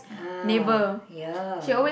ah yeah